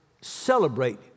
celebrate